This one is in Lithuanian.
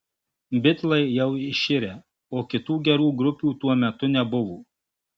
bitlai jau iširę o kitų gerų grupių tuo metu nebuvo